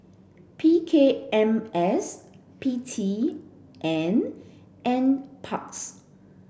P K M S P T and NPARKS